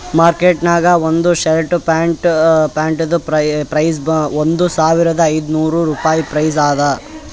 market ನಾಗ್ ಒಂದ್ shirt ಪ್ಯಾಂಟ್ದು ಪ್ರೈಸ್ ಒಂದ್ ಸಾವಿರದ ಐದ ನೋರ್ ರುಪಾಯಿ ಪ್ರೈಸ್ ಅದಾ